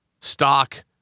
stock